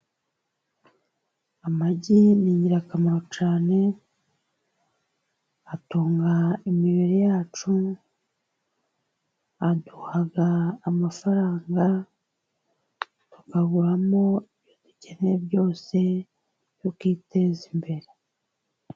Amagi ni ingirakamaro cyane, atunga imibiri yacu, aduha amafaranga tukaguramo ibyo dukeneye byose, tukiteza imbere.